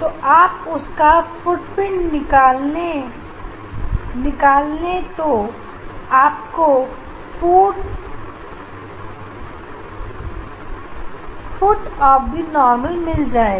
तो आप उसका फुटप्रिंट निकालने तो आपको फ़ूड ऑफ़ नार्मल मिल जाएगा